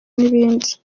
n’ibindi